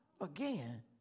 again